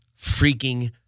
freaking